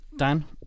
Dan